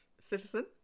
citizen